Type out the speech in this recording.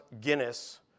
Guinness